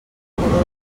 pudor